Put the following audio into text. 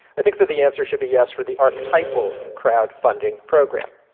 i think the the answer should be yes for the archetypal crowdfunding program.